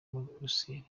bruxelles